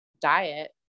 diet